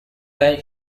where